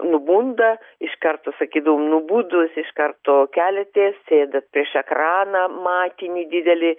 nubunda iš karto sakydavom nubudus iš karto keliatės sėdat prieš ekraną matinį didelį